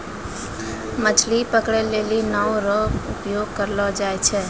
मछली पकड़ै लेली नांव रो प्रयोग करलो जाय छै